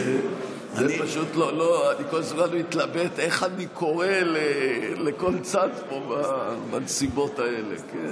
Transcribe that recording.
אני כל הזמן מתלבט איך אני קורא לכל צד פה בנסיבות האלה.